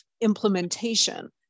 implementation